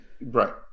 Right